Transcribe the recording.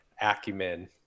Acumen